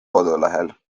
kodulehel